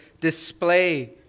display